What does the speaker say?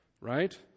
Right